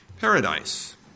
Paradise